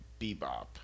Bebop